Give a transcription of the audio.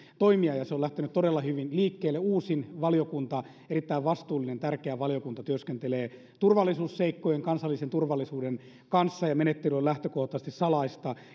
toimia se on lähtenyt todella hyvin liikkeelle uusin valiokunta erittäin vastuullinen tärkeä valiokunta työskentelee turvallisuusseikkojen kansallisen turvallisuuden kanssa ja menettely on lähtökohtaisesti salaista